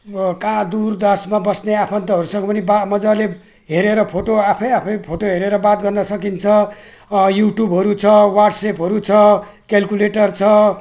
कहाँ दुरदराजमा बस्ने आफन्तहरूसँग पनि वाह मजाले हेरेर फोटो आफै आफै फोटो हेरेर बात गर्न सकिन्छ युट्युबहरू छ वाट्सएपहरू छ क्याल्कुलेटर छ